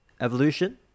evolution